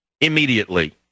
immediately